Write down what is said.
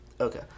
Okay